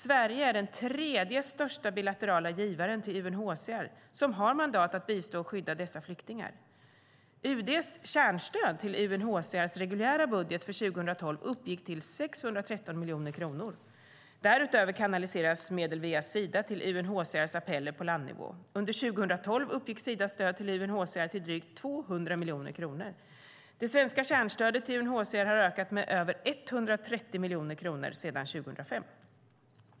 Sverige är den tredje största bilaterala givaren till UNHCR, som har mandat att bistå och skydda dessa flyktingar. UD:s kärnstöd till UNHCR:s reguljära budget för 2012 uppgick till 613 miljoner kronor. Därutöver kanaliseras medel via Sida till UNHCR:s appeller på landnivå. Under 2012 uppgick Sidas stöd till UNHCR till drygt 200 miljoner kronor. Det svenska kärnstödet till UNHCR har ökat med över 130 miljoner kronor sedan 2005.